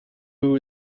who